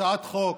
הצעת חוק